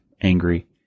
angry